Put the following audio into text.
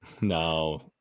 No